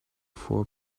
four